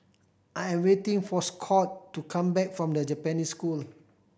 I am waiting for Scott to come back from The Japanese School